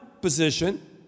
position